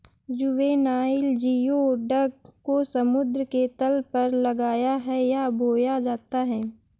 juvenile geoduck को समुद्र के तल पर लगाया है या बोया जाता है